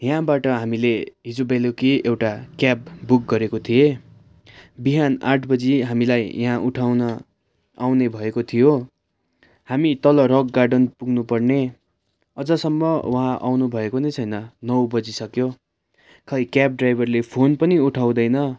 यहाँबाट हामीले हिजो बेलुकी एउटा क्याब बुक गरेको थिएँ बिहान आठ बजी हामीलाई यहाँ उठाउन आउने भएको थियो हामी तल रक गार्डन पुग्नुपर्ने अझसम्म उहाँ आउनुभएको नै छैन नौ बजी सक्यो खै क्याब ड्राइभरले फोन पनि उठाउँदैन